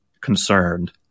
concerned